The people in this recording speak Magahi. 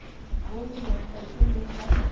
गोल्ड लोन कईसे लेल जाहु?